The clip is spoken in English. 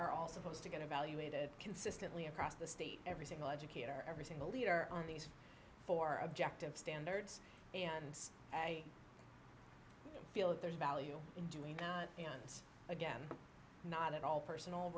are all supposed to get evaluated consistently across the state every single educator every single leader on these four objective standards and i feel that there is value in doing and again not at all personal